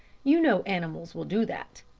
you know animals will do that.